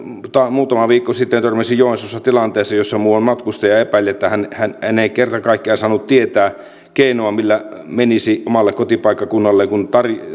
muutama viikko sitten törmäsin joensuussa tilanteeseen jossa muuan matkustaja epäili että hän hän ei kerta kaikkiaan saanut tietää keinoa millä menisi omalle kotipaikkakunnalleen kun